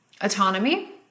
autonomy